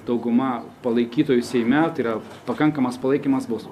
dauguma palaikytojų seime tai yra pakankamas palaikymas bus